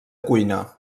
cuina